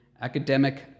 Academic